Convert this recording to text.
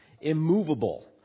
immovable